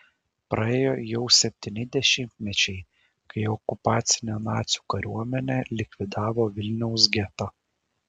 praėjo jau septyni dešimtmečiai kai okupacinė nacių kariuomenė likvidavo vilniaus getą